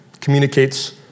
communicates